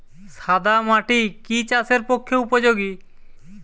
সাদা মাটি কি চাষের পক্ষে উপযোগী?